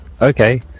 Okay